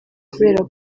kubera